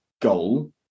goal